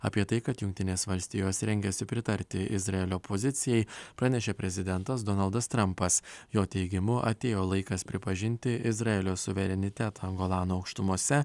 apie tai kad jungtinės valstijos rengiasi pritarti izraelio pozicijai pranešė prezidentas donaldas trampas jo teigimu atėjo laikas pripažinti izraelio suverenitetą golano aukštumose